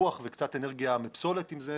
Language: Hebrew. רוח וקצת אנרגיה מפסולת אם זה